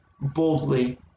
boldly